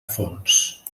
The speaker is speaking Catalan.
fons